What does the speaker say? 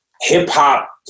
hip-hop